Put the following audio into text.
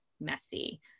messy